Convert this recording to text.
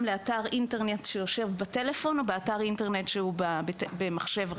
לאתר אינטרנט שיושב בטלפון או לאתר אינטרנט שמותאם למחשב.